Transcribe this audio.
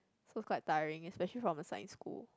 so it's quite tiring especially from a science school